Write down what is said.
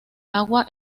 agua